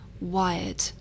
wired